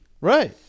right